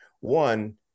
One